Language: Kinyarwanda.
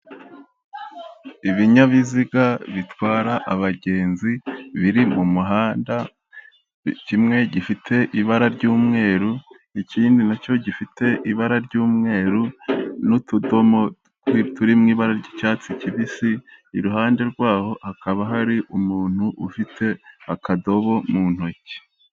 Ibinyabiziga bitwara abagenzi biri mu muhanda kimwe gifite ibara ry'umweru, ikindi nacyo gifite ibara ry'umweru n'utudomo turi mu ibara ry'icyatsi kibisi, iruhande rwaho hakaba hari umuntu ufite akadobo mu ntoki.